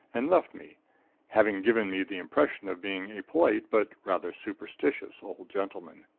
and left me having given me the impression of being a polite but rather superstitious, old gentleman.